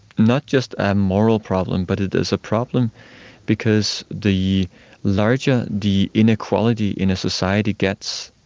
not just a moral problem but it is a problem because the larger the inequality in a society gets,